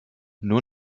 nur